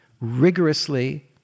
rigorously